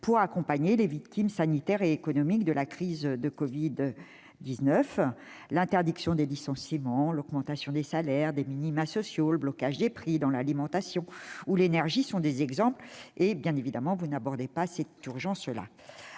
pour accompagner les victimes sanitaires et économiques de la crise de la covid-19. L'interdiction des licenciements, l'augmentation des salaires et des minimas sociaux, le blocage des prix dans l'alimentation ou l'énergie sont des exemples de mesures à prendre dans ce cadre. Bien évidemment, vous n'évoquez pas cette urgence-là